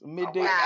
midday